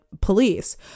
police